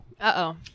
Uh-oh